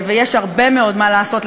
ויש הרבה מאוד מה לעשות,